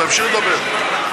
תמשיך לדבר.